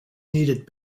needed